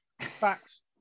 Facts